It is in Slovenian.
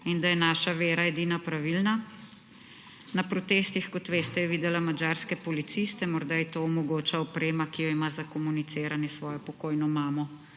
in da je naša vera edina pravilna. Na protestih, kot veste, je videla madžarske policiste. Morda ji to omogoča oprema, ki jo ima za komuniciranje s svojo pokojno mamo,